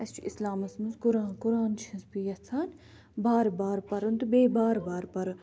اَسہِ چھُ اِسلامَس منٛز قُرآن قرآن چھَس بہٕ یَژھان بار بار پَرُن تہٕ بیٚیہِ بار بار پَرُن